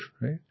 right